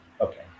okay